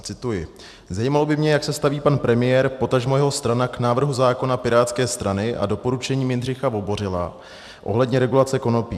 Cituji: Zajímalo by mě, jak se staví pan premiér, potažmo jeho strana k návrhu zákona pirátské strany a doporučením Jindřicha Vobořila ohledně regulace konopí.